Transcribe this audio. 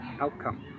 outcome